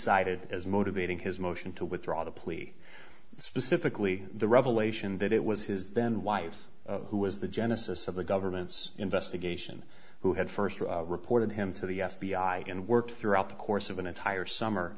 cited as motivating his motion to withdraw the plea specifically the revelation that it was his then wife who was the genesis of the government's investigation who had first reported him to the f b i and worked throughout the course of an entire summer